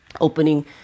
opening